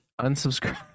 unsubscribe